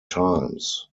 times